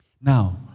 Now